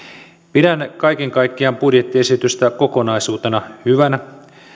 pidän kaiken kaikkiaan budjettiesitystä kokonaisuutena hyvänä